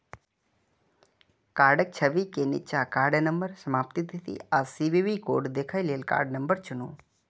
कार्डक छवि के निच्चा कार्ड नंबर, समाप्ति तिथि आ सी.वी.वी कोड देखै लेल कार्ड नंबर चुनू